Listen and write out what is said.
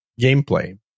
gameplay